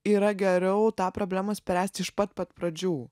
yra geriau tą problemą spręsti iš pat pat pradžių